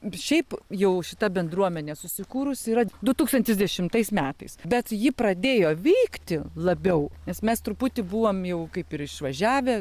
šiaip jau šita bendruomenė susikūrusi yra du tūkstantis dešimtais metais bet ji pradėjo vykti labiau nes mes truputį buvom jau kaip ir išvažiavę